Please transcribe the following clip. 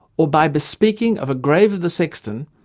or by bespeaking of a grave of the sexton,